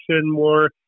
more